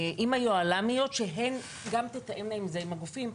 כדי שגם הן תתאמנה את זה עם הגופים.